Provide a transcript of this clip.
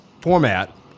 format